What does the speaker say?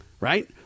Right